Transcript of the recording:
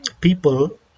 people